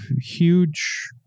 huge